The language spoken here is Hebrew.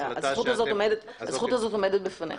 הזוכות הזו עומדת בפניך.